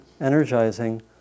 energizing